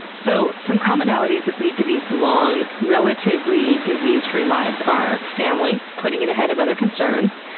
so, some commonalities that lead to these long relatively disease-free lives are family, putting it ahead of other concerns,